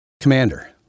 commander